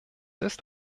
ist